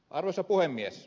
arvoisa puhemies